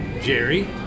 Jerry